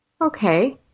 Okay